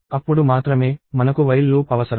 అప్పుడు మాత్రమే మనకు while లూప్ అవసరం